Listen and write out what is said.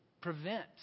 prevent